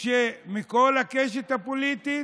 מכל הקשת הפוליטית.